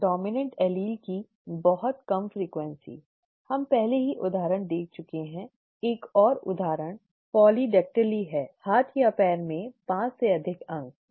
dominant allele की बहुत कम आवृत्ति हम पहले ही उदाहरण देख चुके हैं एक और उदाहरण पॉलीडेक्टीली है हाथ या पैर में 5 से अधिक अंक ठीक है